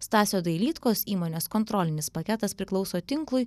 stasio dailydkos įmonės kontrolinis paketas priklauso tinklui